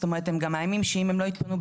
זאת אומרת הם גם מאיימים שאם הם לא --- בכוח,